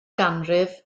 ganrif